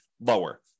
lower